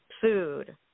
food